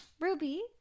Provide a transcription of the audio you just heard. ruby